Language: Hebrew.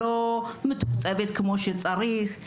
לא מתוקצבת כמו שצריך,